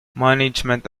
management